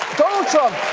donald trump